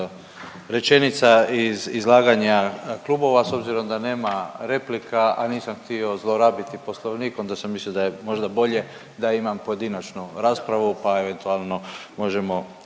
rečenica iz izlaganja klubova s obzirom da nema replika, a nisam htio zlorabiti Poslovnik, onda sam mislio da je možda bolje da imam pojedinačnu raspravu pa eventualno možemo